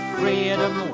freedom